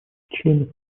членов